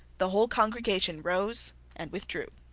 the whole congregation rose and withdrew.